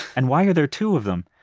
and why are there two of them?